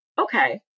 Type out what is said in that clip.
Okay